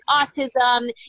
autism